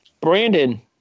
Brandon